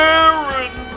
Aaron